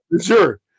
Sure